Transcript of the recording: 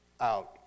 out